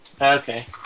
Okay